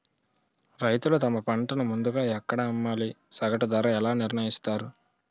రైతులు తమ పంటను ముందుగా ఎక్కడ అమ్మాలి? సగటు ధర ఎలా నిర్ణయిస్తారు?